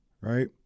right